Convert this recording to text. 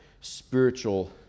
spiritual